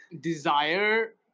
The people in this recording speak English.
desire